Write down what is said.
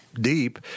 deep